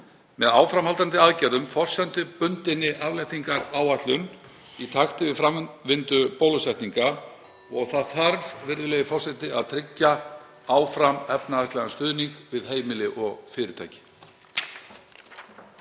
með áframhaldandi aðgerðum, forsendubundinni afléttingaráætlun í takti við framvindu bólusetninga og það þarf, virðulegur forseti, að tryggja áfram efnahagslegan stuðning við heimili og fyrirtæki.